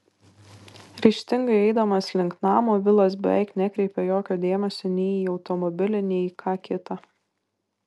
ryžtingai eidamas link namo vilas beveik nekreipia jokio dėmesio nei į automobilį nei į ką kita